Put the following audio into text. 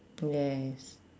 yes